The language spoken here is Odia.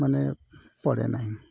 ମନେ ପଡ଼େ ନାହିଁ